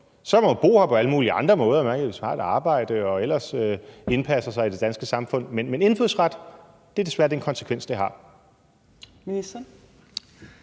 må man bo her på alle mulige andre måder; man kan tage et arbejde og ellers indpasse sig i det danske samfund – men ikke få indfødsret, det er desværre den konsekvens, det har.